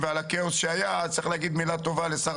אז כדי שיהיה אמון בין רשויות,